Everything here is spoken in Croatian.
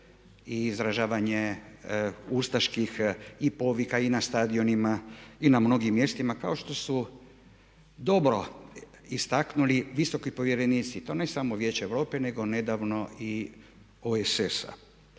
i izražavanje ustaških i povika i na stadionima i na mnogim mjestima kao što su dobro istaknuli visoki povjerenici i to ne samo Vijeća Europe nego nedavno i OSS-a.